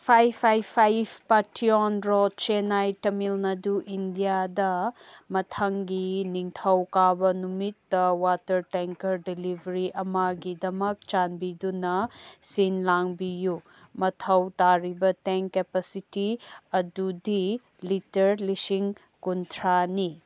five five five ꯄꯥꯊꯤꯌꯣꯟ road Chennai Tamil Nadu ꯏꯟꯗꯤꯌꯥꯗ ꯃꯊꯪꯒꯤ ꯅꯤꯡꯊꯧꯀꯥꯕ ꯅꯨꯃꯤꯠꯇ ꯋꯥꯇꯔ ꯇꯦꯡꯀꯔ ꯗꯤꯂꯤꯚꯔꯤ ꯑꯃꯒꯤꯗꯃꯛ ꯆꯥꯟꯕꯤꯗꯨꯅ ꯁꯤꯟ ꯂꯥꯡꯕꯤꯌꯨ ꯃꯊꯧ ꯇꯥꯔꯤꯕ ꯇꯦꯡ ꯀꯦꯄꯁꯤꯇꯤ ꯑꯗꯨꯗꯤ ꯂꯤꯇꯔ ꯂꯤꯁꯤꯡ ꯀꯨꯟꯊ꯭ꯔꯥꯅꯤ